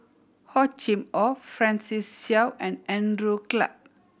Hor Chim Or Francis Seow and Andrew Clarke